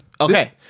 Okay